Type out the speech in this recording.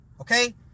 okay